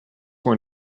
were